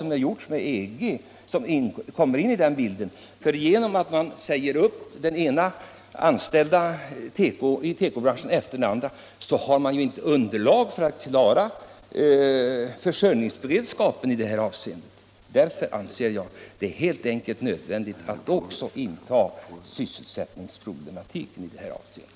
När våra företag i tekobranschen säger upp den ena efter den andra av sina anställda finns det inte längre underlag för att klara försörjningsberedskapen. Därför anser jag det helt enkelt nödvändigt att också föra in sysselsättningsproblematiken i de här resonemangen.